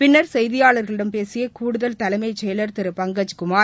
பின்னர் செய்தியாளர்களிடம் பேசிய கூடுதல் தலைமை செயலர் திரு பங்கஜ்குமார்